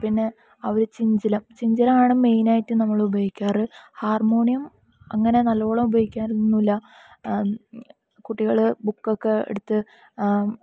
പിന്നെ ഒരു ചിഞ്ചിലം ചിഞ്ചിലാണ് മെയിനായിട്ട് നമ്മൾ ഉപയോഗിക്കാറ് ഹാർമ്മോണിയം അങ്ങനെ നല്ലോളം ഉപയോഗിക്കാറൊന്നുമില്ല കുട്ടികൾ ബുക്കൊക്കെ എടുത്ത്